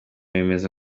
bemeza